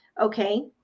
Okay